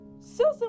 Susan